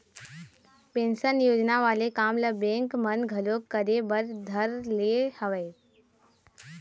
pension योजना वाले काम ल बेंक मन घलोक करे बर धर ले हवय